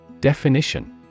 Definition